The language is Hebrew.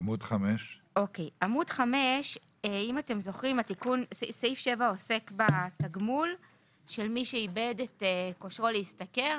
עמוד 5. סעיף 7 עוסק בתגמול של מי שאיבד את כושרו להשתכר,